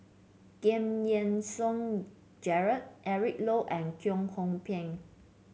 Giam Yean Song Gerald Eric Low and Kwek Hong Png